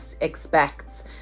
expects